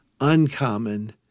uncommon